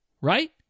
right